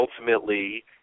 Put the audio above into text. ultimately